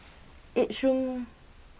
Each room